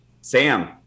Sam